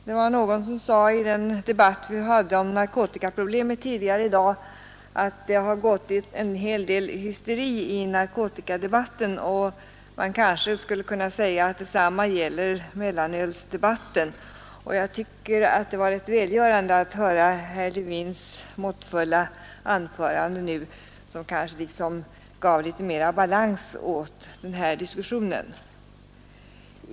Herr talman! I den debatt om narkotikaproblem som vi hade tidigare i dag sade någon att det har gått en hel del hysteri i narkotikadebatten, och man kanske skulle kunna säga att detsamma gäller mellanölsdebatten. Jag tycker att det var rätt välgörande att höra herr Levins måttfulla anförande nyss, som kanske gav litet mera balans åt denna diskussion.